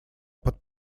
под